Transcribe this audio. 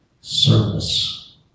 service